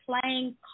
playing